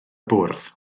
bwrdd